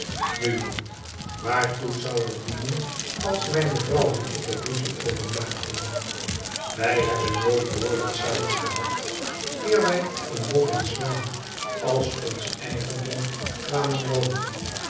na dan waartoe zou het dienen als mijne vrouw en ik er ruzie over maakten i wij hebben nooit woorden samen gehad eer wij in boffin's laan als ons eigendom kwamen wonen